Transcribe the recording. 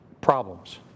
problems